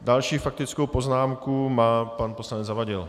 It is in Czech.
Další faktickou poznámku má pan poslanec Zavadil.